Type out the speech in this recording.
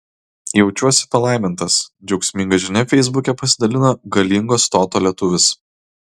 jaučiuosi palaimintas džiaugsminga žinia feisbuke pasidalino galingo stoto lietuvis